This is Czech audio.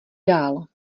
dál